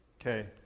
Okay